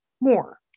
more